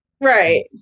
Right